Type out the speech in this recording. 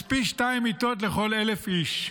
יש פי שניים מיטות לכל 1,000 איש.